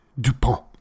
Dupont